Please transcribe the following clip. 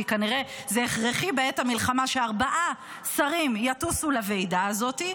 כי כנראה זה הכרחי בעת המלחמה שארבעה שרים יטוסו לוועידה הזאת,